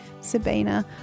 Sabina